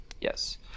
Yes